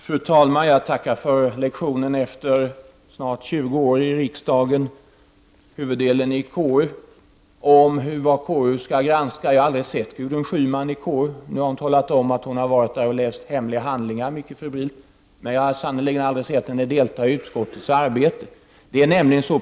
Fru talman! Jag tackar för lektionen efter att ha suttit snart 20 år i riksdagen — största delen av tiden i KU — om vad KU skall granska. Jag har aldrig sett Gudrun Schyman i KU. Nu har hon talat om att hon febrilt har läst hemliga handlingar. Men jag har sannerligen aldrig sett henne delta i utskottsarbetet.